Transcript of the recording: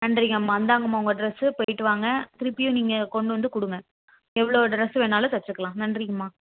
நன்றிங்கம்மா இந்தாங்கம்மா உங்கள் ட்ரெஸ் போயிட்டுவாங்க திருப்பியும் நீங்கள் கொண்டுவந்து கொடுங்க எவ்வளோ ட்ரெஸ் வேணாலும் தச்சுக்கலாம் நன்றிங்கம்மா